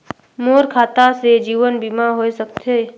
मोर खाता से जीवन बीमा होए सकथे?